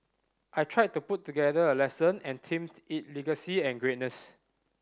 I tried to put together a lesson and themed it legacy and greatness